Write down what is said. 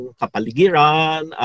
kapaligiran